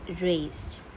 raised